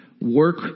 work